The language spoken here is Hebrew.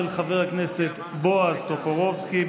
של חבר הכנסת בועז טופורובסקי,